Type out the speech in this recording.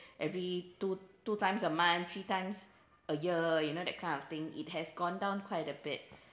every two two times a month three times a year you know that kind of thing it has gone down quite a bit